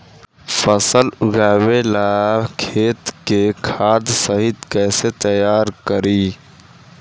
फसल उगवे ला खेत के खाद रहित कैसे तैयार करी?